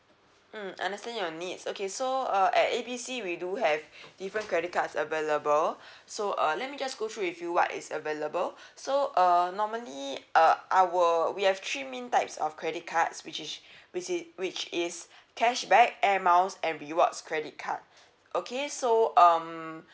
mm understand your needs okay so uh at A B C we do have different credit cards available so uh let me just go through with you what is available so uh normally uh our we have three main types of credit cards which is which is which is cashback air miles and rewards credit card okay so um